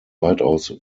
weitaus